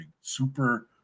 super